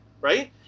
right